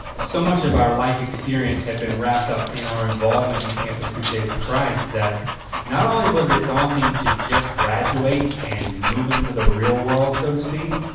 so much of our life experience had been wrapped up in our involvement in campus crusade for christ that not only was it daunting to just graduate and move into the real world, so to speak,